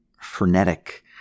frenetic